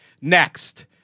next